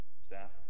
Staff